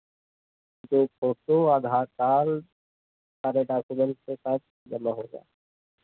एक photo Aadhaar card सारे document के साथ आना होगा